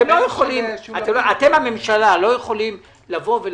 אתם הממשלה לא יכולים לומר: